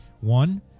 One